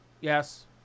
Yes